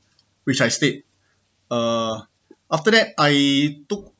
which I stayed uh after that I took